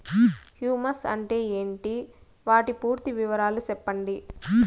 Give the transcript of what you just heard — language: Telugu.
హ్యూమస్ అంటే ఏంటి? వాటి పూర్తి వివరాలు సెప్పండి?